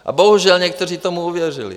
A bohužel, někteří tomu uvěřili.